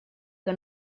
que